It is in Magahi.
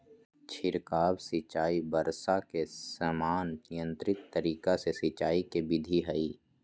छिड़काव सिंचाई वर्षा के समान नियंत्रित तरीका से सिंचाई के विधि हई